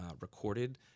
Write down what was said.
recorded